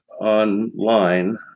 online